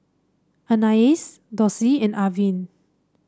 Anais Dossie and Arvin